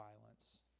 violence